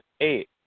eight